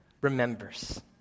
remembers